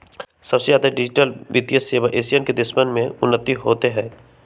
सबसे ज्यादा डिजिटल वित्तीय सेवा एशिया के देशवन में उन्नत होते हई